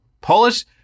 Polish